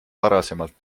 varasemalt